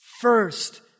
First